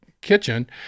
kitchen